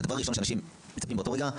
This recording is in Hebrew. והדבר הראשון שאנשים מצפים באותו רגע,